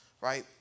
Right